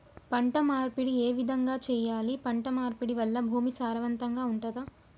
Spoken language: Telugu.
పంట మార్పిడి ఏ విధంగా చెయ్యాలి? పంట మార్పిడి వల్ల భూమి సారవంతంగా ఉంటదా?